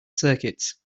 circuits